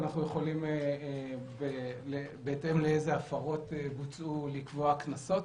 אנחנו יכולים בהתאם לאיזה הפרות שבוצעו לקבוע קנסות.